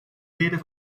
leden